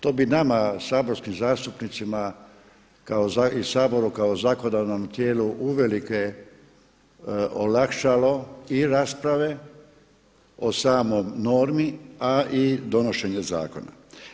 To bi nama saborskim zastupnicima i Saboru kao zakonodavnom tijelu uvelike olakšalo i rasprave o samoj normi, a i donošenje zakona.